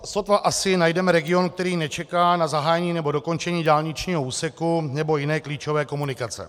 Sotva asi najdeme region, který nečeká na zahájení nebo dokončení dálničního úseku nebo jiné klíčové komunikace.